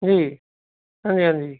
ਜੀ ਹਾਂਜੀ ਹਾਂਜੀ